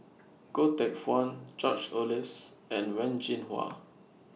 Goh Teck Phuan George Oehlers and Wen Jinhua